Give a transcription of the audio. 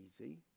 easy